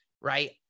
right